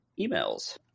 emails